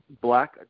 black